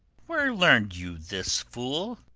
where learn'd you this, fool?